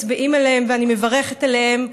ואני מברכת עליהם,